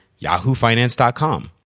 yahoofinance.com